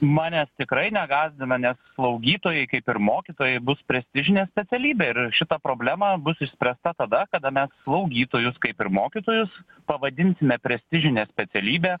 manęs tikrai negąsdina nes slaugytojai kaip ir mokytojai bus prestižinė specialybė ir šita problema bus išspręsta tada kada mes slaugytojus kaip ir mokytojus pavadinsime prestižine specialybe